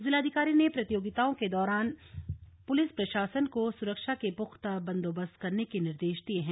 जिलाधिकारी ने प्रतियोगिताओं के दौरान पुलिस प्रशासन को सुरक्षा के पुख्ता बंदोबस्त करने के निर्देश दिये हैं